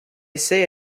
say